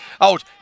out